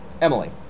Emily